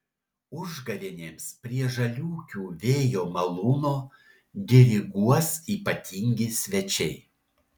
užgavėnėms prie žaliūkių vėjo malūno diriguos ypatingi svečiai